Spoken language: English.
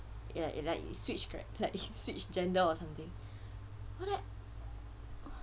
ya like it's switch charact~ like he switch gender or something correct